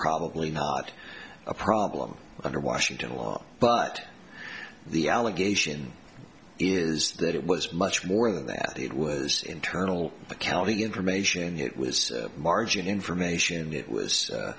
probably not a problem under washington law but the allegation is that it was much more than that it was internal accounting information it was margin information it was